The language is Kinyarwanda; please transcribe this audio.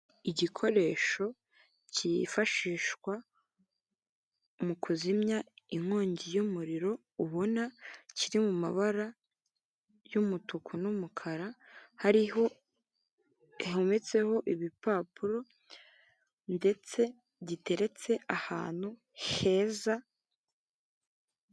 Igikoresho cyifashishwa mu kuzimya inkongi y'umuriro ubona kiri mu mabara y'umutuku n'umukara hariho hometseho ibipapuro ndetse giteretse ahantu heza.